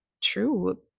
true